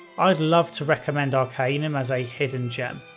i'd love to recommend arcanum as a hidden gem.